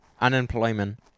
Unemployment